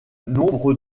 nombre